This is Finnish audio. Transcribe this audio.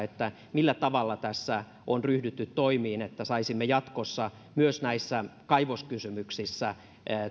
millä tavalla tässä on ryhdytty toimiin että saisimme jatkossa myös näissä kaivoskysymyksissä